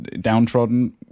downtrodden